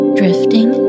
drifting